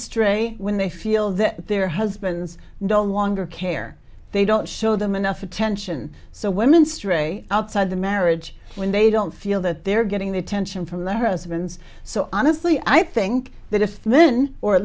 stray when they feel that their husbands don't want or care they don't show them enough attention so women stray outside the marriage when they don't feel that they're getting the attention from their harassments so honestly i think that if then or at